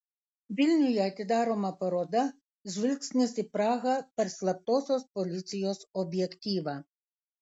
vilniuje atidaroma paroda žvilgsnis į prahą per slaptosios policijos objektyvą